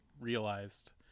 realized